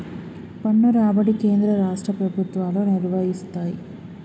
పన్ను రాబడి కేంద్ర రాష్ట్ర ప్రభుత్వాలు నిర్వయిస్తయ్